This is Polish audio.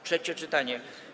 Trzecie czytanie.